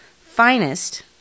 finest